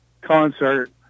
concert